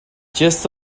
just